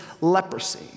leprosy